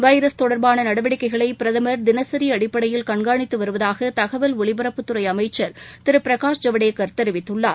virus தொடர்பான நடவடிக்கைகளை பிரதமர் தினசரி அடிப்படையில் கண்காணித்து வருவதாக தகவல் ஒலிபரப்புத்துறை அமைச்சர் திரு பிரகாஷ் ஜவடேக்கர் தெரிவித்துள்ளார்